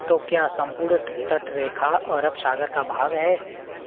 तो क्या सम्पूर्ण तटरेखा अरब सागर का भाग है